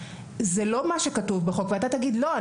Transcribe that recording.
זה לא מה שכתוב בחוק ואתה תגיד לא,